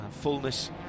Fullness